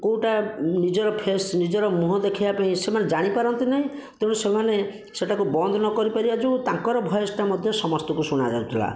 କେଉଁଟା ନିଜର ଫେସ୍ ନିଜର ମୁହଁ ଦେଖେଇବା ପାଇଁ ସେମାନେ ଜାଣିପାରନ୍ତିନାହିଁ ତେଣୁ ସେମାନେ ସେଟାକୁ ବନ୍ଦ ନକରିପାରିବା ଯୋଗୁଁ ତାଙ୍କର ଭଏସ୍ଟା ମଧ୍ୟ ସମସ୍ତଙ୍କୁ ଶୁଣାଯାଉଥିଲା